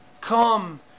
Come